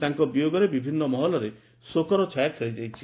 ତାଙ୍କ ବିୟୋଗରେ ବିଭିନ୍ନ ମହଲରେ ଶୋକର ଛାୟା ଖେଳିଯାଇଛି